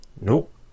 Nope